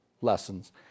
lessons